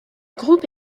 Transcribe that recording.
groupe